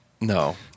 No